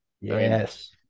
Yes